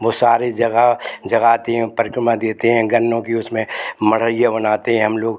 वह सारा जगह देते हैं गन्नों की उसमें मड़ईया बनाते हैं हम लोग